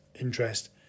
interest